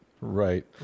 Right